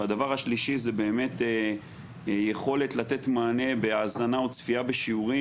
והדבר השלישי זה באמת יכולת לתת מענה בהאזנה או צפייה בשיעורים.